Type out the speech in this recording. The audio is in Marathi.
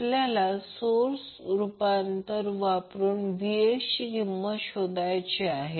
आपल्याला सोर्स रूपांतर वापरून Vx ची किंमत शोधायची आहे